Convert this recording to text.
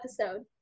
episode